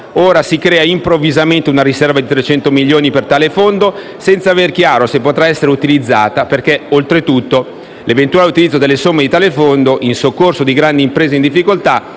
Ora si crea, improvvisamente, una riserva di 300 milioni per tale Fondo senza avere chiaro se potrà essere utilizzata perché, oltretutto, l'eventuale utilizzo delle somme di tale Fondo, in soccorso di grandi imprese in difficoltà,